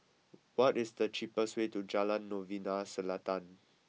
what is the cheapest way to Jalan Novena Selatan